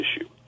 issue